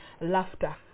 laughter